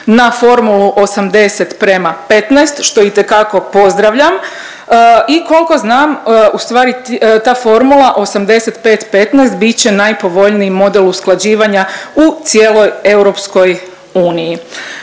na formulu 80 prema 15 što itekako pozdravljam i koliko znam u stvari ta formula 85 15 bit će najpovoljniji model usklađivanja u cijeloj EU.